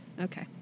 Okay